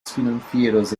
financieros